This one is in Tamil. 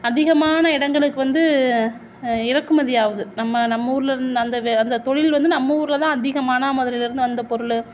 அதிகமான இடங்களுக்கு வந்து இறக்குமதி ஆகுது நம்ம நம்ம ஊரில் இருந்து அந்த அந்த தொழில் வந்து நம்ம ஊரில் தான் அதிகமாக மானாமதுரையில் இருந்து வந்த பொருள்